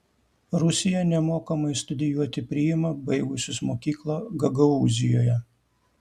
rusija nemokamai studijuoti priima baigusius mokyklą gagaūzijoje